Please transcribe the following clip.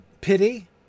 pity